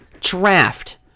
draft